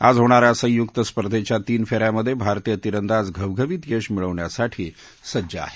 आज होणा या संयुक्त स्पर्धेच्या तीन फे यामधे भारतीय तिरंदाज घवघवीत यश मिळवण्यासाठी सज्ज आहेत